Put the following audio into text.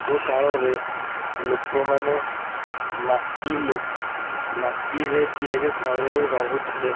ଆଗ କାଳରେ ଲୋକମାନେ ମାଟି ମାଟିରେ ତିଆରି ଘରରେ ରହୁଥିଲେ